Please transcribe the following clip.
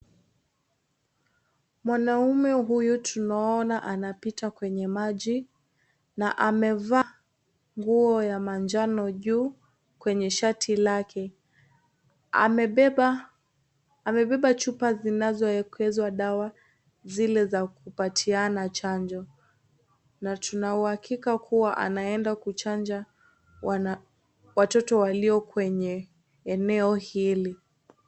Mwanaume huyu tunaona anapita kwenye maji na amevaa nguo ya manjano juu kwenye shati lake, amebeba chupa zinazoekezwa dawa zile za kupatiana chanjo, na tunauhakika kuwa anaenda kuchanja watoto waliokwenye eneo hili.